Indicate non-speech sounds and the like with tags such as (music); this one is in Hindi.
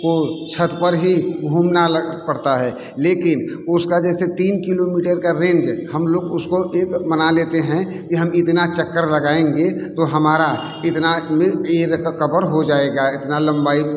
को छत पर ही घूमना ल पड़ता है लेकिन उसका जैसे तीन किलोमीटर का रेंज है हम लोग उसको एक एक बना लेते हैं कि हम इतना चक्कर लगाएँगे तो हमारा इतना (unintelligible) कबर हो जाएगा इतना लम्बाई